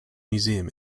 museum